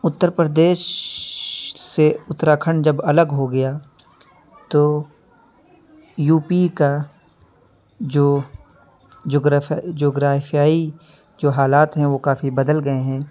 اتّر پردیش سے اتراکھنڈ جب الگ ہو گیا تو یو پی کا جو جغرافیائی جو حالات ہیں وہ کافی بدل گئے ہیں